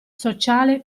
sociale